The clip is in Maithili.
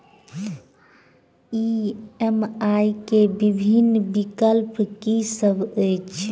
ई.एम.आई केँ विभिन्न विकल्प की सब अछि